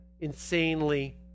insanely